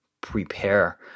prepare